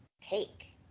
take